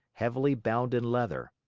heavily bound in leather.